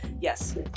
Yes